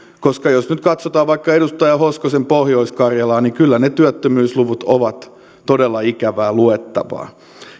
koska jos nyt katsotaan vaikka edustaja hoskosen pohjois karjalaa niin kyllä ne työttömyysluvut ovat todella ikävää luettavaa